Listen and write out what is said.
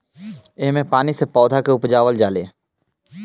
एह मे पानी से पौधा के उपजावल जाले